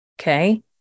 okay